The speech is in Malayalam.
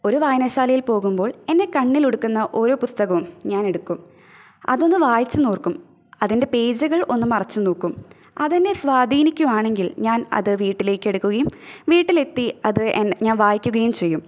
ഒരു വായനശാലയില് പോകുമ്പോള് എന്നെ കണ്ണിലുടുക്കുന്ന ഓരോ പുസ്തകവും ഞാനെടുക്കും അതൊന്നു വായിച്ചു നോക്കും അതിന്റെ പേജുകള് ഒന്നു മറിച്ചു നോക്കും അതെന്നെ സ്വാധീനിക്കുവാണെങ്കില് ഞാന് അത് വീട്ടിലേക്കെടുക്കുകയും വീട്ടിലെത്തി അതു എന്നെ ഞാന് വായിക്കുകയും ചെയ്യും